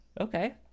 Okay